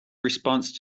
response